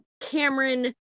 Cameron